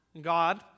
God